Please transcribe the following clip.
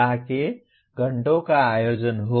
ताकि घंटों का आयोजन हो